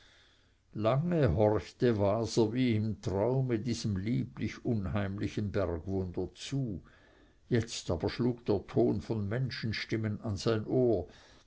lange horchte waser wie im traume diesem lieblich unheimlichen bergwunder zu jetzt aber schlug der ton von menschenstimmen an sein ohr